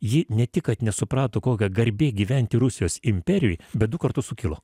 ji ne tik kad nesuprato kokia garbė gyventi rusijos imperijoj bet du kartus sukilo